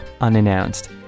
unannounced